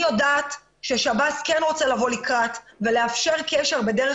אני יודעת ששב"ס כן רוצה לבוא לקראת ולאפשר קשר בדרך